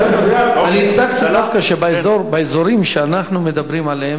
אני הצגתי דווקא שבאזורים שאנחנו מדברים עליהם,